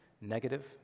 negative